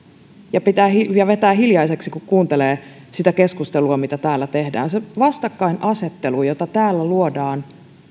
ja vetää hiljaiseksi kun kuuntelee sitä keskustelua mitä täällä käydään se vastakkainasettelu jota täällä luodaan